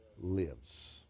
lives